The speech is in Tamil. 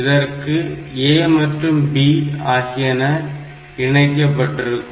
இதற்கு A மற்றும் B ஆகியவை இணைக்கப்பட்டிருக்கும்